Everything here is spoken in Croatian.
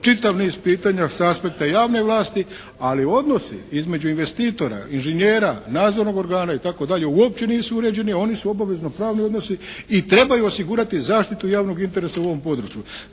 čitav niz pitanja sa aspekta javne vlasti, ali odnosi između investitora, inženjera, nadzornog organa itd. uopće nisu uređeni. Oni su obavezno pravni odnosi i trebaju osigurati zaštitu javnog interesa u ovom području.